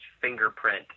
fingerprint